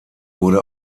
wurde